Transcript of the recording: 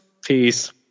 Peace